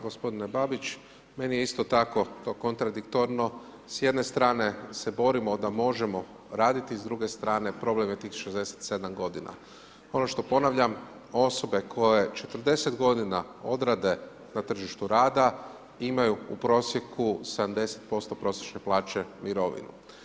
Gospodine Babić, meni je isti tako to kontradiktorno, s jedne strane se borimo da možemo raditi, s druge strane problem je tih 67 g. Ono što ponavljam, osobe koje 40 g, odrade na tržištu rada, imaju u prosjeku 70% prosječne plaće mirovinu.